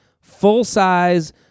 full-size